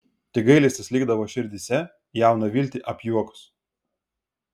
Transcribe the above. tik gailestis likdavo širdyse jauną viltį apjuokus